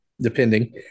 depending